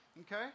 okay